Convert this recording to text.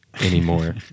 anymore